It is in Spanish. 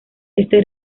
este